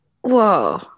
Whoa